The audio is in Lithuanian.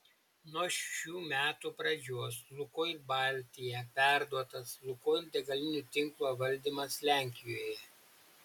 nuo šių metų pradžios lukoil baltija perduotas lukoil degalinių tinklo valdymas lenkijoje